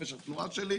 בחופש התנועה שלי.